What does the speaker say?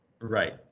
Right